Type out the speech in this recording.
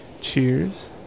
cheers